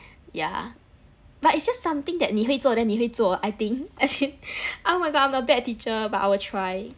yeah but it's just something that 你会做 then 你会做 I think ah oh my god I'm a bad teacher but I will try